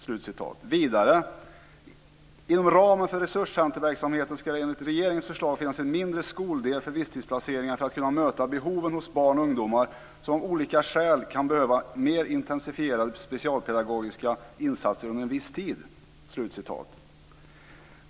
Vidare heter det: "Inom ramen för resurscenterverksamheten skall det enligt regeringens förslag finnas en mindre skoldel för visstidsplaceringar för att kunna möta behoven hos barn och ungdomar som av olika skäl kan behöva mer intensifierade specialpedagogiska insatser under viss tid."